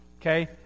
okay